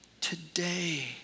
today